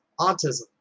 autism